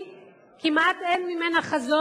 לא.